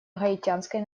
гаитянской